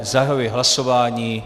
Zahajuji hlasování.